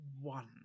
one